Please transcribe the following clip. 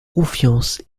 confiance